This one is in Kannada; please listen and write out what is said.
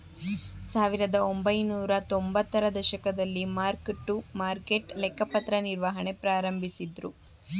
ಸಾವಿರದಒಂಬೈನೂರ ತೊಂಬತ್ತರ ದಶಕದಲ್ಲಿ ಮಾರ್ಕ್ ಟು ಮಾರ್ಕೆಟ್ ಲೆಕ್ಕಪತ್ರ ನಿರ್ವಹಣೆ ಪ್ರಾರಂಭಿಸಿದ್ದ್ರು